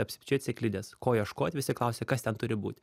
apsičiupinėt sėklides ko ieškot visi klausia kas ten turi būt